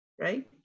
Right